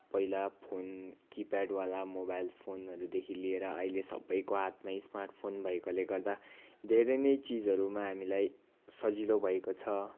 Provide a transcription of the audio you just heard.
पहिला फोन किप्याडवाला मोबाइल फोनहरूदेखि लिएर अहिले सबैको हातमा स्मार्टफोन भएकोले गर्दा धेरै नै चिजहरूमा हामीलाई सजिलो भएको छ